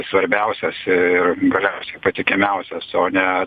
svarbiausias ir galiausiai patikimiausias o ne